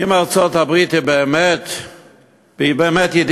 אם ארצות-הברית היא באמת ידידתנו,